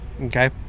Okay